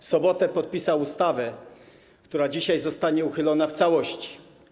W sobotę podpisał ustawę, która dzisiaj zostanie uchylona w całości.